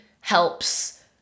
helps